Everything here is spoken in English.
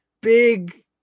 big